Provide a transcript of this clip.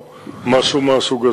או משהו מהסוג הזה.